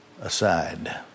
Aside